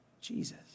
Jesus